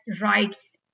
rights